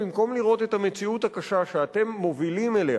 במקום לראות את המציאות הקשה שאתם מובילים אליה